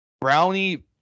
Brownie